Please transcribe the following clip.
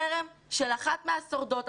חרם על אחת השורדות,